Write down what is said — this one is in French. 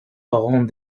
parents